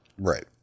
Right